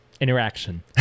interaction